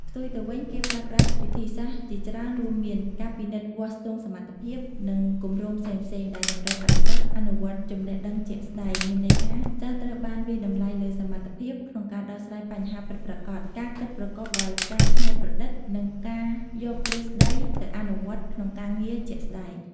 ផ្ទុយទៅវិញ គេប្រើប្រាស់វិធីសាស្ត្រជាច្រើនរួមមាន ការពិនិត្យវាស់ស្ទង់សមត្ថភាព និងគម្រោងផ្សេងៗ ដែលតម្រូវឱ្យសិស្ស អនុវត្តចំណេះដឹងជាក់ស្តែង មានន័យថា សិស្សត្រូវបានវាយតម្លៃលើ សមត្ថភាព ក្នុងការដោះស្រាយបញ្ហាពិតប្រាកដ ការគិតប្រកបដោយការច្នៃប្រឌិត និងការយកទ្រឹស្តីទៅអនុវត្តក្នុងការងារជាក់ស្តែង។